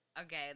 Okay